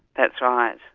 that's right,